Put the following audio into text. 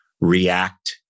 react